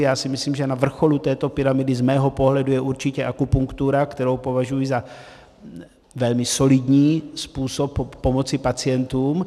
Já si myslím, že na vrcholu této pyramidy z mého pohledu je určitě akupunktura, kterou považuji za velmi solidní způsob pomoci pacientům.